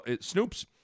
Snoop's –